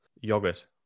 yogurt